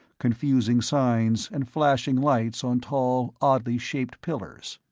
confusing signs and flashing lights on tall oddly shaped pillars.